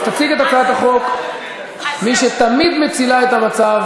אז תציג את הצעת החוק מי שתמיד מצילה את המצב,